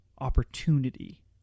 opportunity